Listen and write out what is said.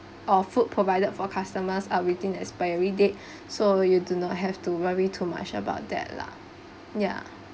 or food provided for customers are within the expiry date so you do not have to worry too much about that lah ya